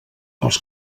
els